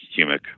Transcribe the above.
humic